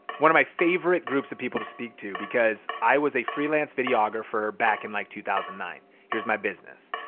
one of my favorite groups of people to speak to because i was a freelance videographer back in like two thousand and nine. here's my business.